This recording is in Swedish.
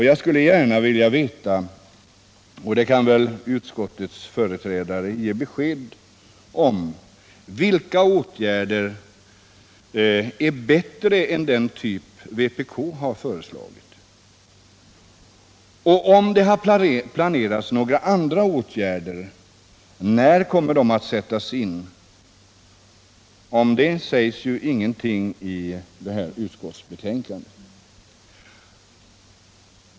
Jag skulle därför gärna vilja fråga — och det kan väl utskottets företrädare ge besked om: Vilka åtgärder är bättre än den lösning vpk har föreslagit? Om det har planerats några andra åtgärder, när kommer dessa att sättas in? Om detta sägs ingenting i betänkandet.